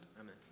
Amen